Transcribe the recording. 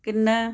ਕਿੰਨਾ